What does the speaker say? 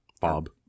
Bob